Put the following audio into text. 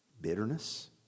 Bitterness